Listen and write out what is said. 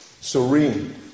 serene